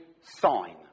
sign